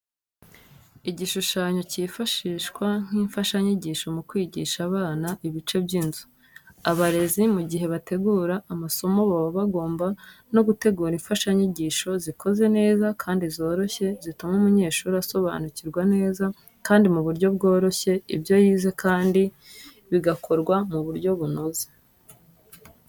Igishushanyo cyifashishwa nk'imfashanyigisho mu kwigisha abana ibice by'inzu. Abarezi mu gihe bategura amasomo baba bagomba no gutegura imfashanyigisho zikoze neza kandi zoroshye zituma umunyeshuri asobanukirwa neza kandi mu buryo bworoshye ibyo yize kandi bigakorwa mu buryo bunoze.